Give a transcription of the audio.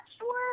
sure